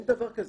אין דבר כזה.